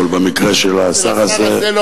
אבל במקרה של השר הזה,